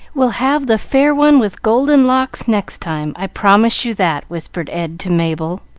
we'll have the fair one with golden locks next time i promise you that, whispered ed to mabel,